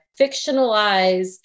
fictionalized